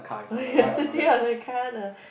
oh ya sitting on the car the